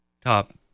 top